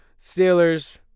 Steelers